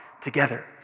together